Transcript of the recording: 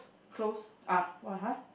clothes uh why !huh!